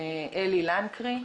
אלי לנקרי,